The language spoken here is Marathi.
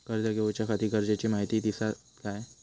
कर्ज घेऊच्याखाती गरजेची माहिती दितात काय?